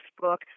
book